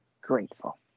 grateful